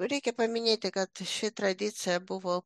reikia paminėti kad ši tradicija buvo